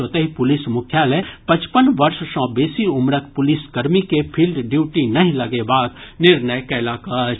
ओतहि पुलिस मुख्यालय पचपन वर्ष सँ बेसी उम्रक पुलिस कर्मी के फील्ड ड्यूटी नहि लगेबाक निर्णय कयलक अछि